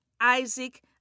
Isaac